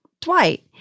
Dwight